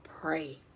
pray